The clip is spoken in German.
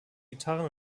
gitarren